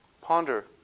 Ponder